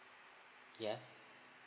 ya